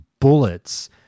bullets